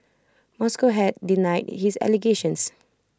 Moscow has denied his allegations